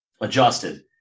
adjusted